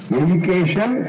education